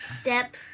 Step